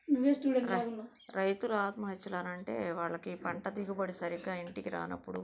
నువ్వే స్టూడెంట్ లాగా ఉన్నావు రైతుల ఆత్మహత్యలు అని అంటే వాళ్ళకి పంట దిగుబడి సరిగ్గా ఇంటికి రానప్పుడు